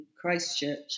Christchurch